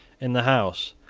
in the house,